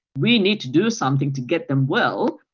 we need to do something to get them well.